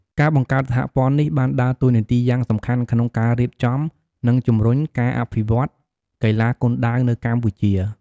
ការបង្កើតសហព័ន្ធនេះបានដើរតួនាទីយ៉ាងសំខាន់ក្នុងការរៀបចំ និងជំរុញការអភិវឌ្ឍកីឡាគុនដាវនៅកម្ពុជា។